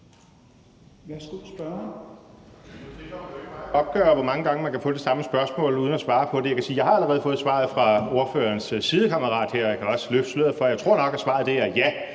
[Lydudfald] ... hvor mange gange man kan få det samme spørgsmål uden at svare på det, og jeg kan sige, at jeg allerede har fået svaret fra ordførerens sidekammerat her, og jeg kan også løfte sløret for, at jeg nok tror, at svaret er ja.